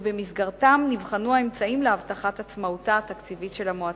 שבמסגרתם נבחנו האמצעים להבטחת עצמאותה התקציבית של המועצה.